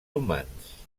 humans